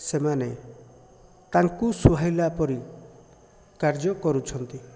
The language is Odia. ସେମାନେ ତାଙ୍କୁ ସୁହାଇଲା ପରି କାର୍ଯ୍ୟ କରୁଛନ୍ତି